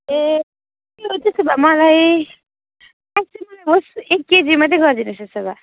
ए त्यो त्यसो भए मलाई प्याज चाहिँ मलाई होस् एक केजी मात्र गरिदिनु होस् त्यसो भए